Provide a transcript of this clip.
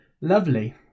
lovely